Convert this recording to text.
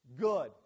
Good